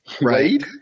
Right